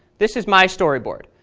this is my storyboard.